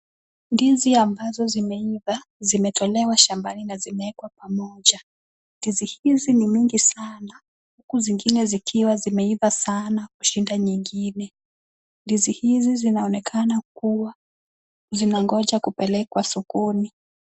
Ndizi ambazo zimeiva, zimetolewa shambani na zimewekwa pamoja. Ndizi hizi ni nyingi sana, huku zingine zikiwa zimeiva sana kushinda nyingine. Ndizi hizi zinaonekana kuwa, zinangoja kupelekwa sokoni.